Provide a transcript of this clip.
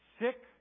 Sick